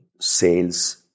sales